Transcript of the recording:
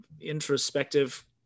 introspective